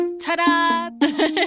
Ta-da